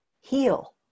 heal